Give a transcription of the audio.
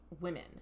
women